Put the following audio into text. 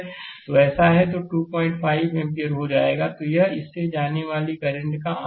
तो ऐसा है तो यह 25 एम्पीयर हो जाएगा तो यह इससे जाने वाली करंट का आंसर है